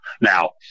Now